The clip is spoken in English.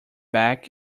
back